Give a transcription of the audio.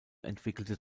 entwickelte